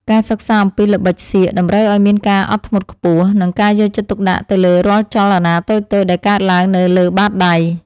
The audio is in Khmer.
ការសិក្សាអំពីល្បិចសៀកតម្រូវឱ្យមានការអត់ធ្មត់ខ្ពស់ និង ការយកចិត្តទុកដាក់ទៅលើរាល់ចលនាតូចៗដែលកើតឡើងនៅលើបាតដៃ។